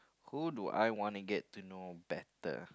who do I want to get to know better